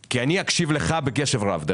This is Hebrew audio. -- כי, דרך אגב, אני אקשיב לך בקשב רב.